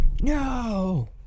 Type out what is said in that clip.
No